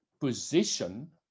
position